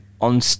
on